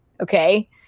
Okay